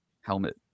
helmet